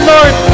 Lord